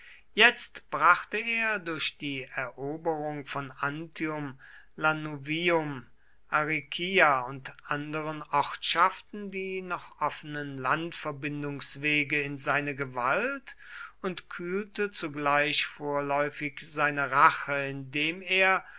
jetzt brachte er durch die eroberung von antium lanuvium aricia und anderen ortschaften die noch offenen landverbindungswege in seine gewalt und kühlte zugleich vorläufig seine rache indem er